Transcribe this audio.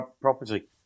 property